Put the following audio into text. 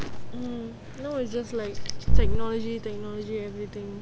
mm now it's just like technology technology everything